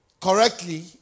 correctly